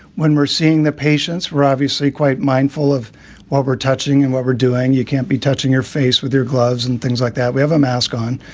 when we're seeing the patients, we're obviously quite mindful of what we're touching and what we're doing. you can't be touching your face with your gloves and things like that. we have a mask on.